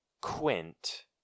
Quint